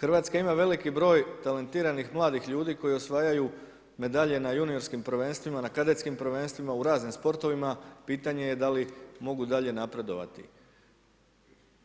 Hrvatska ima veliki broj talentiranih mladih ljudi koji osvajaju medalje na juniorskim prvenstvima, na kadetskim prvenstvima u raznim sportovima pitanje je dali mogu dalje napredovati